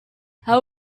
how